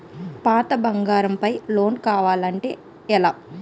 పాత బంగారం పై లోన్ కావాలి అంటే ఎలా?